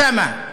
אוסאמה.